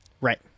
right